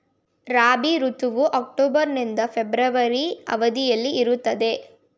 ರಾಬಿ ಋತುವು ಅಕ್ಟೋಬರ್ ನಿಂದ ಫೆಬ್ರವರಿ ಅವಧಿಯಲ್ಲಿ ಇರುತ್ತದೆ